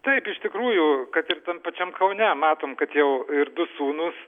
taip iš tikrųjų kad ir tam pačiam kaune matom kad jau ir du sūnūs